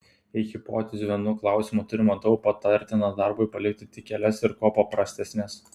jei hipotezių vienu klausimu turima daug patartina darbui palikti tik kelias ir kuo paprastesnes